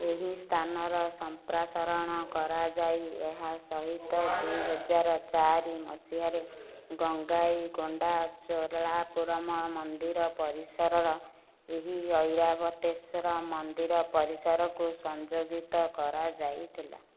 ଏହି ସ୍ଥାନର ସମ୍ପ୍ରସାରଣ କରାଯାଇ ଏହା ସହିତ ଦୁଇ ହଜାର ଚାରି ମସିହାରେ ଗଙ୍ଗାଇକୋଣ୍ଡା ଚୋଲାପୁରମ ମନ୍ଦିର ପରିସର ଏବଂ ଐରାବତେଶ୍ୱର ମନ୍ଦିର ପରିସରକୁ ସଂଯୋଜିତ କରାଯାଇଥିଲା